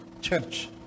church